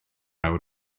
awr